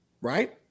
right